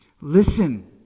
Listen